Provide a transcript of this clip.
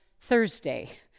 thursday